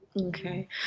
Okay